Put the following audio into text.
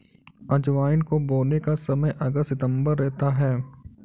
अजवाइन को बोने का समय अगस्त सितंबर रहता है